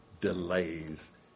delays